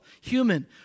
human